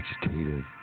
vegetative